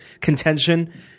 contention